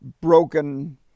broken